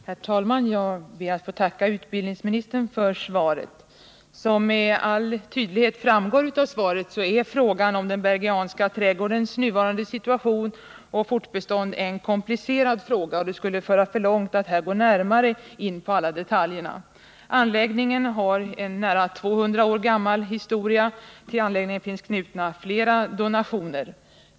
Herr talman! Jag ber att få tacka utbildningsministern för svaret. Om Bergianska Som med all önskvärd tydlighet framgår av svaret är frågan om den trädgårdens fram Bergianska trädgårdens nuvarande situation och fortbestånd komplicerad, — tid och det skulle föra för långt att här gå närmare in på alla detaljer. Anläggningen har en nära 200 år gammal historia. Till anläggningen finns knutna flera donationer.